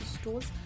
stores